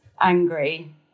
angry